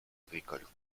agricoles